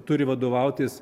turi vadovautis